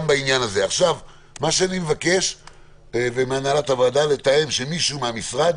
אני מבקש מהנהלת הוועדה לתאם שמישהו מהמשרד,